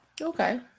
okay